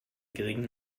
geringen